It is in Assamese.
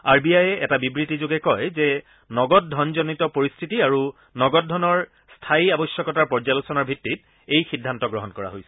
আৰ বি আয়ে এটা বিবৃতিযোগে কয় যে নগদ ধনজনিত পৰিস্থিতি আৰু নগদ ধনৰ স্থায়ী আৱশ্যকতাৰ পৰ্যালোচনাৰ ভিত্তিত এই সিদ্ধান্ত গ্ৰহণ কৰা হৈছে